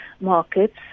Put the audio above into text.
markets